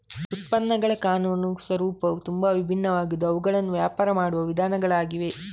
ಉತ್ಪನ್ನಗಳ ಕಾನೂನು ಸ್ವರೂಪವು ತುಂಬಾ ವಿಭಿನ್ನವಾಗಿದ್ದು ಅವುಗಳನ್ನು ವ್ಯಾಪಾರ ಮಾಡುವ ವಿಧಾನಗಳಾಗಿವೆ